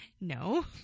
No